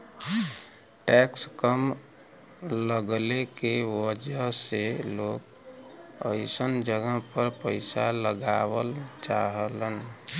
tax कम लगले के वजह से लोग अइसन जगह पर पइसा लगावल चाहलन